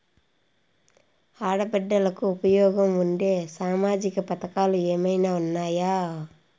ఆడ బిడ్డలకు ఉపయోగం ఉండే సామాజిక పథకాలు ఏమైనా ఉన్నాయా?